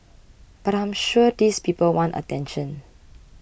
but I'm sure these people want attention